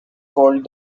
called